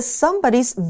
somebody's